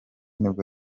nibwo